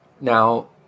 Now